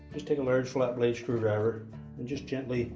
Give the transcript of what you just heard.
just take a large flat-blade screwdriver and just gently